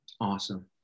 Awesome